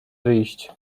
wyjść